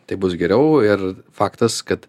tai bus geriau ir faktas kad